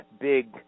big